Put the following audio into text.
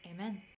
Amen